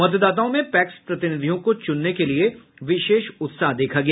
मतदाताओं में पैक्स प्रतिनिधियों को चुनने के लिये विशेष उत्साह देखा गया